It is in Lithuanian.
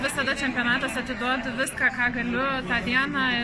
visada čempionatas atiduodu viską ką galiu tą dieną